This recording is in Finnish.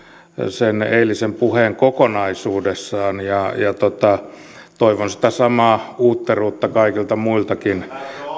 sen eilisen puheen kokonaisuudessaan toivon sitä samaa uutteruutta kaikilta muiltakin